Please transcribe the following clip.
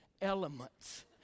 elements